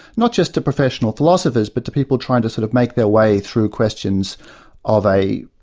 not just to professional philosophers, but to people trying to sort of make their way through questions of a,